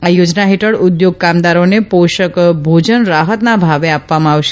આ યોજના હેઠળ ઉદ્યોગ કામદારોને પોષક ભોજન રાહતના ભાવે આપવામાં આવશે